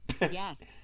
yes